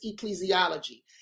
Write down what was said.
ecclesiology